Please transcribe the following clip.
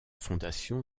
fondation